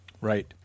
Right